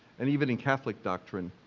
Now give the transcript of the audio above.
and even in catholic doctrine,